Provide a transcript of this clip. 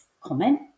comment